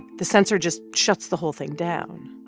the sensor just shuts the whole thing down.